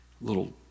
little